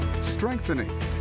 strengthening